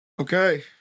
Okay